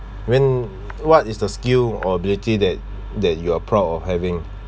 when what is the skill or ability that that you're proud of having